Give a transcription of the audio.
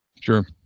Sure